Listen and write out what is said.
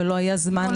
ולא היה זמן.